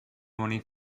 money